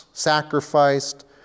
sacrificed